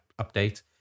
update